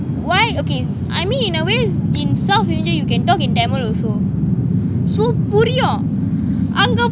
why okay I mean in a way in south asia you can talk in tamil also so புரியும் அங்க போய்:anga poai challo killo nuh